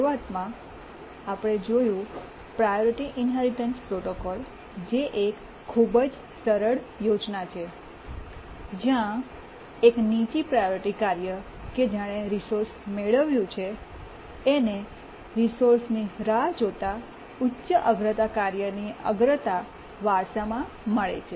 શરૂઆતમાં આપણે જોયું પ્રાયોરિટી ઇન્હેરિટન્સ પ્રોટોકોલ જે એક ખૂબ જ સરળ યોજના છે જ્યાં એક નીચી પ્રાયોરિટી કાર્ય કે જેણે રિસોર્સ મેળવ્યું છેએને રિસોર્સ ની રાહ જોતા ઉચ્ચ અગ્રતા કાર્યની અગ્રતાને વારસામાં મળે છે